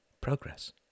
progress